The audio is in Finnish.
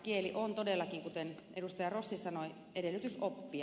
kieli on todellakin kuten edustaja rossi sanoi edellytys oppia